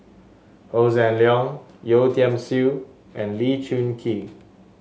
Hossan Leong Yeo Tiam Siew and Lee Choon Kee